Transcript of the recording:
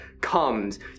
comes